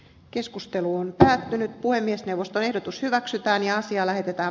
keskusteluun lähtenyt puhemiesneuvoston ehdotus hyväksytään ja asia tietoa